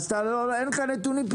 אין לך נתונים.